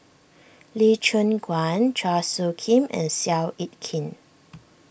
Lee Choon Guan Chua Soo Khim and Seow Yit Kin